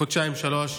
חודשיים-שלושה,